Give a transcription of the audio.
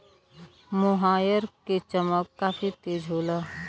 मोहायर क चमक काफी तेज होला